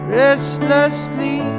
restlessly